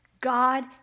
God